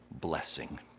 blessing